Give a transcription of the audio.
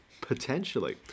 Potentially